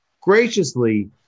graciously